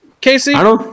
Casey